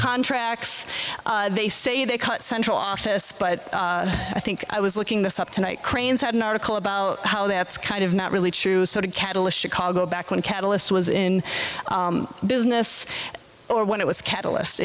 contracts they say they cut central office but i think i was looking this up tonight crane's had an article about how that's kind of not really true sort of catalyst chicago back when catalyst was in business or when it was catalyst